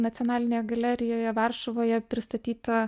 nacionalinėje galerijoje varšuvoje pristatyta